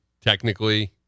technically